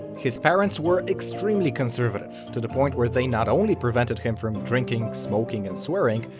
his parents were extremely conservative, to the point where they not only prevented him from drinking, smoking and swearing,